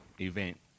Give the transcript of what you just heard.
event